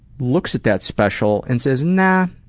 looks at that special and says, nah,